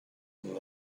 and